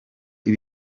ibi